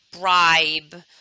bribe